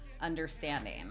understanding